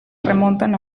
remontan